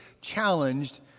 challenged